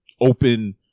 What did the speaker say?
open